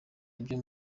ibyo